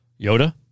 Yoda